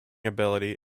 ability